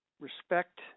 respect